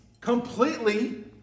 completely